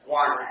one